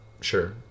sure